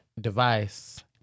device